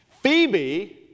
Phoebe